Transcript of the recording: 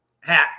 hat